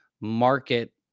market